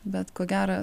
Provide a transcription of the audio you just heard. bet ko gero